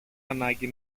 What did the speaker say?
ανάγκη